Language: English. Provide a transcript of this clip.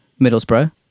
Middlesbrough